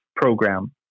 Program